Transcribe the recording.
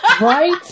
Right